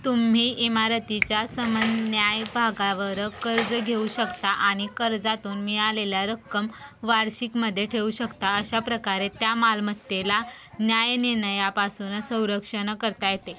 तुम्ही इमारतीच्या समन्याय भागावर कर्ज घेऊ शकता आणि कर्जातून मिळालेल्या रक्कम वार्षिकमध्ये ठेवू शकता अशा प्रकारे त्या मालमत्तेला न्यायनिर्णयापासून संरक्षण करता येते